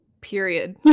period